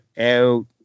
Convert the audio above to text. out